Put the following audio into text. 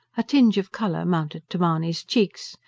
a tinge of colour mounted to mahony's cheeks.